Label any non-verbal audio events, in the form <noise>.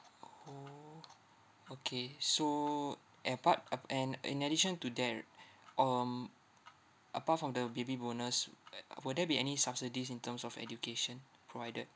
orh okay so apart ap~ and in addition to that um apart from the baby bonus <noise> will there be any subsidies in terms of education provided